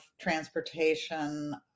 transportation